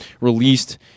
released